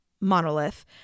Monolith